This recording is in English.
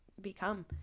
become